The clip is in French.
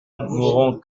n’aurons